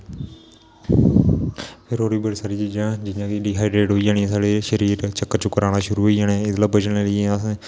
फिर और बी बड़ी सारी चीजां जियां कि डिहाइड्रेट होई जानी साढ़े शरीर चक्कर चुक्कर आना शुरु होई जाने एहदे कोला बचने लेई असें